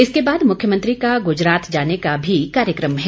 इसके बाद मुख्यमंत्री का गुजरात जाने का भी कार्यक्रम है